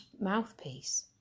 mouthpiece